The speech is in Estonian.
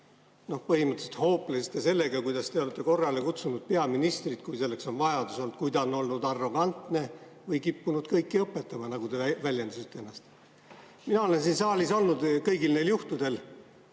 te põhimõtteliselt hooplesite sellega, kuidas te olete korrale kutsunud peaministrit, kui selleks on vajadus olnud, kui ta on olnud arrogantne või kippunud kõiki õpetama, nagu te väljendasite ennast. Mina olen siin saalis olnud kõigil neil juhtudel,